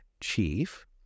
chief